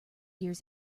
years